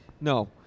No